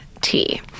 tea